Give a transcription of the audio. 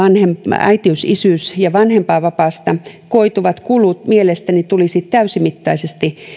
äitiys isyys ja vanhempainvapaasta koituvat kulut mielestäni tulisi täysimittaisesti